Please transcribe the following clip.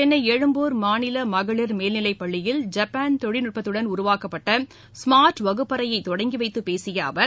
சென்னை எழும்பூர் மாநில மகளிர் மேல்நிலைப் பள்ளியில் ஜப்பான் தொழில்நுட்பத்துடன் உருவாக்கப்பட்ட ஸ்மார்ட் வகுப்பறையை தொடங்கி வைத்து பேசிய அவர்